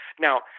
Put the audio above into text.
Now